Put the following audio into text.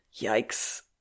Yikes